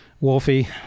Wolfie